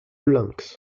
lynx